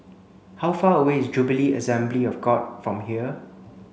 how far away is Jubilee Assembly of God from here